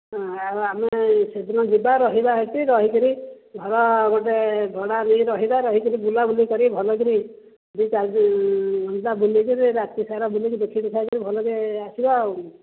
ହଁ ଆଉ ଆମେ ସେଦିନ ଯିବା ରହିବା ସେଇଠି ରହିକରି ଘର ଗୋଟେ ଭଡ଼ା ନେଇ ରହିବା ରହିକରି ବୁଲାବୁଲି କରି ଭଲ କରି ଦୁଇ ଚାରି ଘଣ୍ଟା ବୁଲିକରି ରାତିସାରା ବୁଲିକି ଦେଖି ଦୁଖା କରି ଭଲରେ ଆସିବା ଆଉ